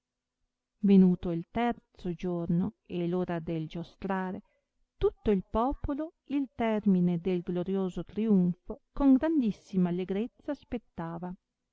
venuto il terzo giorno e l'ora del giostrare tutto il popolo il termine del glorioso triunfo con grandissima allegrezza aspettava